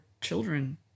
children